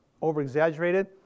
over-exaggerated